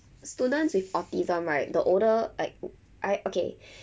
students with autism right the older like I okay